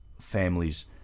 families